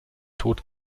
tod